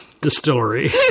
distillery